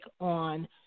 on